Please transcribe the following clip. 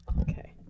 Okay